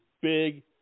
big